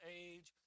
age